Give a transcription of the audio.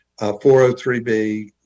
403b